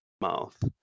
mouth